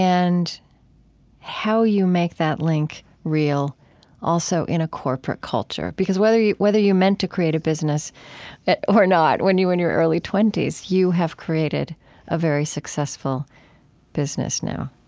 and how you make that link real also in a corporate culture. because whether you whether you meant to create a business or not when you were in your early twenty s, you have created a very successful business now